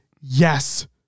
yes